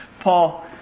Paul